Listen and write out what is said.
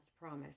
promise